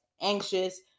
anxious